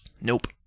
Nope